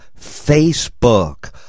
Facebook